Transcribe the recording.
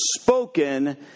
spoken